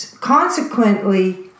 consequently